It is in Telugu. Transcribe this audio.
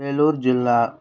ఏలూర్ జిల్లా